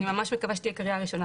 אני ממש מקווה שתהיה קריאה ראשונה.